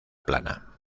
plana